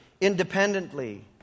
independently